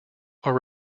are